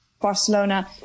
Barcelona